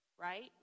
Right